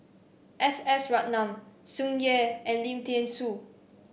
S S Ratnam Tsung Yeh and Lim Thean Soo